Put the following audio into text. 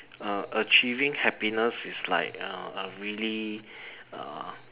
uh achieving happiness is like uh really uh